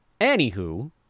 Anywho